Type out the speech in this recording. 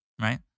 right